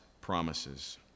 promises